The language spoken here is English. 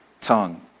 tongue